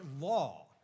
law